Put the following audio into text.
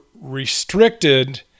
restricted